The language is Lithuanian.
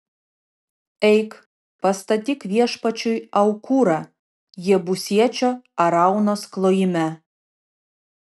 eik pastatyk viešpačiui aukurą jebusiečio araunos klojime